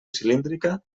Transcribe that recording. cilíndrica